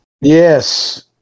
Yes